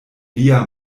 lia